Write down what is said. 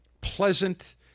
pleasant